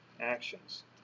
actions